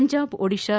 Punjab Odisha